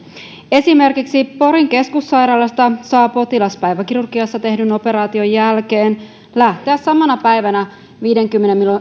esimerkiksi porin keskussairaalasta saa potilas päiväkirurgiassa tehdyn operaation jälkeen lähteä samana päivänä viidenkymmenen